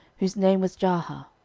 whose name was jarha.